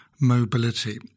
mobility